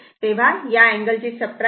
तेव्हा या अँगल ची सबट्रॅक्शन होईल